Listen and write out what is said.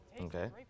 Okay